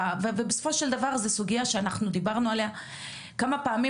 ובסופו של דבר זה סוגיה שאנחנו דיברנו עליה כמה פעמים,